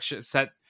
set